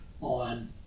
on